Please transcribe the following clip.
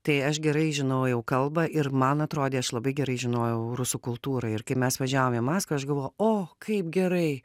tai aš gerai žinojau kalbą ir man atrodė aš labai gerai žinojau rusų kultūrą ir kai mes važiavom į maskvą aš galvojau o kaip gerai